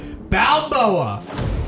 Balboa